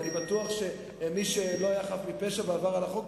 אני בטוח שמי שלא היה חף מפשע ועבר על החוק,